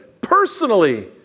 personally